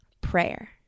prayer